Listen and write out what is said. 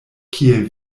kiel